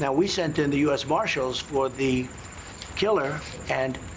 yeah we sent in the u s. marshals for the killer and,